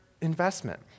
investment